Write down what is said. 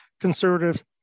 conservative